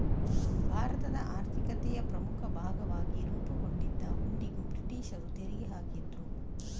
ಭಾರತದ ಆರ್ಥಿಕತೆಯ ಪ್ರಮುಖ ಭಾಗವಾಗಿ ರೂಪುಗೊಂಡಿದ್ದ ಹುಂಡಿಗೂ ಬ್ರಿಟೀಷರು ತೆರಿಗೆ ಹಾಕಿದ್ರು